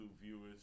viewers